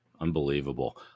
Unbelievable